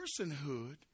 personhood